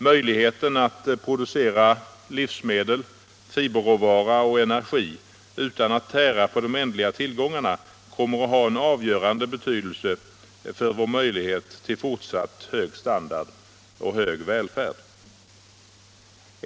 Möjligheten att producera livsmedel, fiberråvara och energi utan att tära på de ändliga tillgångarna kommer att ha en avgörande betydelse för vår möjlighet till fortsatt hög standard och hög välfärd.